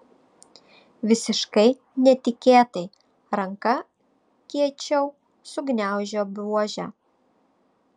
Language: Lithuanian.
visiškai netikėtai ranka kiečiau sugniaužė buožę